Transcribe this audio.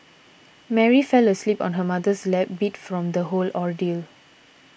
Mary fell asleep on her mother's lap beat from the whole ordeal